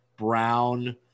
Brown